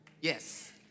Yes